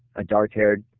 ah dark haired